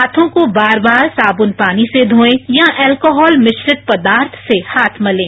हाथों को वार वार सावन पानी से धोए या अल्कोहल मिश्रित पदार्थ से हाथ मलें